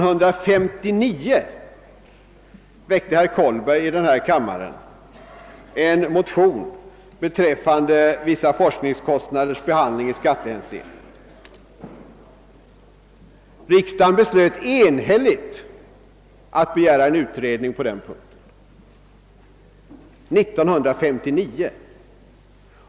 Herr Kollberg väckte år 1959 en motion i denna kammare om vissa forskningskostnaders behandling i skattehänseende, och riksdagen beslöt då enhälligt att begära en utredning om den saken.